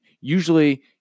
usually